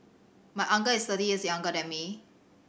my uncle is thirty years younger than me